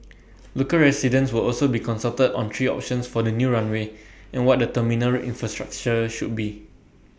local residents will also be consulted on three options for the new runway and what the terminal infrastructure should be